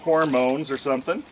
hormones or something